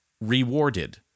rewarded